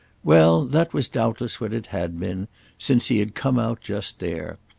well, that was doubtless what it had been since he had come out just there.